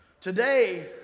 Today